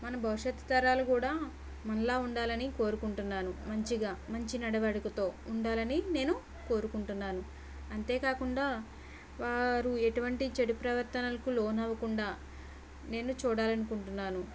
మన భవిష్యత్తు తరాలు కూడ మనలా ఉండాలని కోరుకుంటున్నాను మంచిగా మంచి నడవడికతో ఉండాలని నేను కోరుకుంటున్నాను అంతేకాకుండా వారు ఎటువంటి చెడు ప్రవర్తనలకు లోనవకుండా నేను చూడాలి అనుకుంటున్నాను